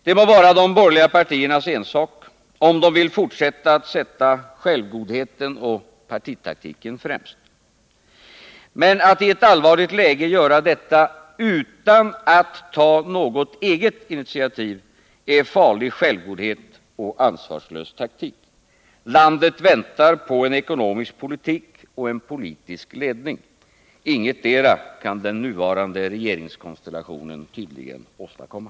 Det må vara de borgerliga partiernas ensak, om de vill fortsätta att sätta självgodheten och partitaktiken främst, men att i ett allvarligt läge göra detta utan att ta något eget initiativ är farlig självgodhet och ansvarslös taktik. Landet väntar på en ekonomisk politik, på en politisk ledning. Ingetdera kan tydligen den nuvarande regeringskonstellationen åstadkomma.